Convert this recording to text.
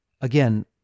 again